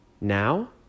now